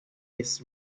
his